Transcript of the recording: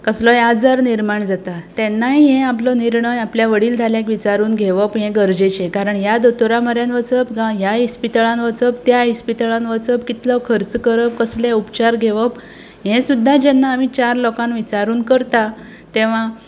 कसलोय आजार निर्माण जाता तेन्नाय हें आपलो निर्णय आपल्या वडील धाऱ्याक विचारून घेवप हें गरजेचें कारण ह्या दोतोरा म्हऱ्यांत वचप काय ह्या इस्पितळांत वचप त्या इस्पितळांत वचप कितलो खर्च करप कसले उपचार घेवप हें सुद्दां जेन्ना आमी चार लोकांक विचारून करता तेव्वां